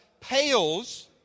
pales